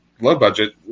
low-budget